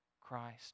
Christ